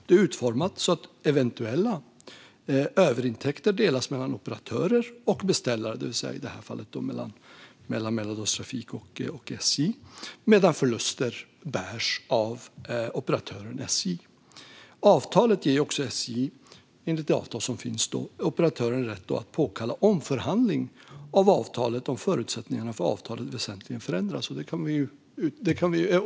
Det är utformat så att eventuella överintäkter delas mellan operatörer och beställare, i det här fallet mellan Mälardalstrafik och SJ, medan förluster bärs av operatören SJ. Det avtal som finns ger operatören SJ rätt att påkalla omförhandling om förutsättningarna för avtalet väsentligen förändras.